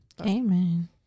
Amen